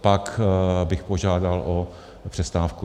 Pak bych požádal o přestávku.